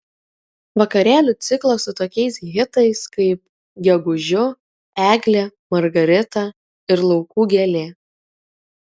vakarėlių ciklas su tokiais hitais kaip gegužiu eglė margarita ir laukų gėlė